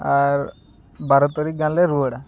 ᱟᱨ ᱵᱟᱨᱚ ᱛᱟᱹᱨᱤᱠᱷ ᱜᱟᱱᱞᱮ ᱨᱩᱣᱟᱹᱲᱟ